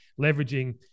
leveraging